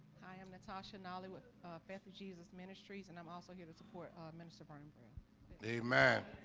i'm natasha nollywood beth of jesus ministries and i'm also here to support minister brian brown a man